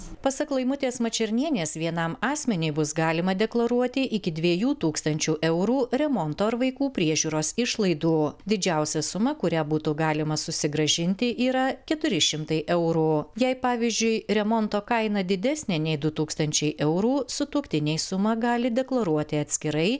pasak laimutės mačernienės vienam asmeniui bus galima deklaruoti iki dviejų tūkstančių eurų remonto ar vaikų priežiūros išlaidų didžiausia suma kurią būtų galima susigrąžinti yra keturi šimtai eurų jei pavyzdžiui remonto kaina didesnė nei du tūkstančiai eurų sutuoktiniai sumą gali deklaruoti atskirai